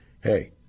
Hey